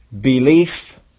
belief